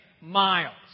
miles